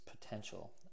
potential